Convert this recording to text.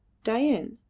dain,